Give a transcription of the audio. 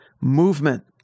Movement